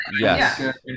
Yes